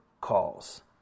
calls